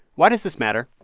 why does this matter?